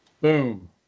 Boom